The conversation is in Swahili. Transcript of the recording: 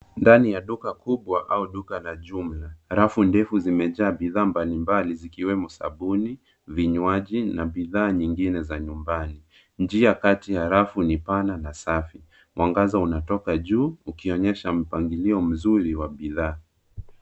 Ndani ya duka kubwa au duka la jumla, rafu ndefu zimejaa bithaa mbalimbali zikiwemo sabuni, vinywaji na bithaa nyingine za nyumbani, njia kati ya rafu ni pana na safi, mwangaza unatoka juu ukionyesha mpangilio mzuri wa bithaa.